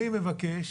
אני מבקש,